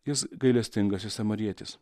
jis gailestingasis samarietis